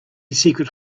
secret